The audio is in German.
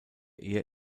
eher